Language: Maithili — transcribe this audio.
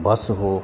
बस हो